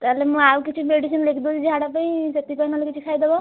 ତା'ହେଲେ ମୁଁ ଆଉ କିଛି ମେଡ଼ିସିନ ଲେଖି ଦେଉଛି ଝାଡ଼ା ପାଇଁ ସେଥିପାଇଁ ନହେଲେ କିଛି ଖାଇ ଦବ